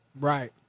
Right